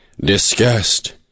Disgust